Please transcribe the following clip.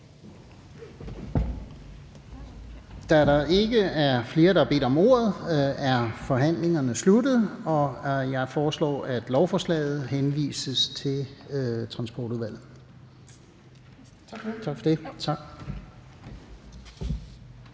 Da der ikke er flere, der har bedt om ordet, er forhandlingen sluttet. Jeg foreslår, at lovforslaget henvises til Transportudvalget. Hvis ingen